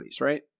right